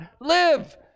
live